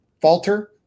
falter